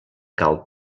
cal